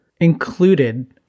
included